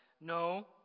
No